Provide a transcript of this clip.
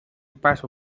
paso